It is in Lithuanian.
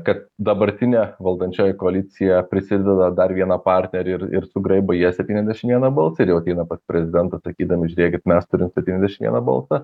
kad dabartinė valdančioji koalicija prisideda dar vieną partnerį ir ir sugraibo jie septyniasdešimt vieną balsą ir jau ateina pas prezidentą sakydami žiūrėkit mes turim septyniasdešimt vieną balsą